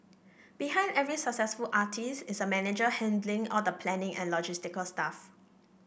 behind every successful artist is a manager handling all the planning and logistical stuff